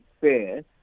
fair